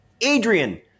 Adrian